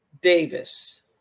davis